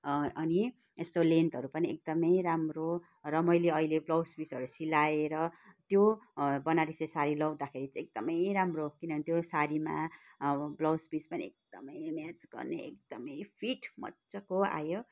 अनि यस्तो लेन्थहरू पनि एकदमै राम्रो र मैले अहिले ब्लाउज पिसहरू सिलाएर यो बनारसी सारी लाउँदाखेरि चाहिँ एकदमै राम्रो किनभने त्यो साडीमा ब्लाउज पिस पनि एकदमै म्याच गर्ने एकदमै फिट मजाको आयो